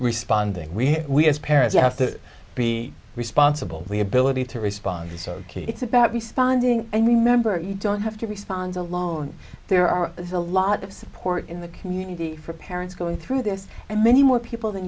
responding we as parents have to be responsible for the ability to respond so it's about responding and remember you don't have to respond alone there are there's a lot of support in the community for parents going through this and many more people tha